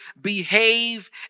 behave